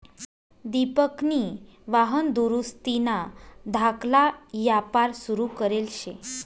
दिपकनी वाहन दुरुस्तीना धाकला यापार सुरू करेल शे